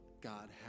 God